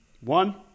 One